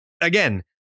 again